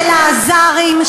של האזרים,